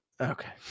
okay